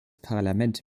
parlament